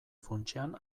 funtsean